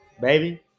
baby